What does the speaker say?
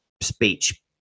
speech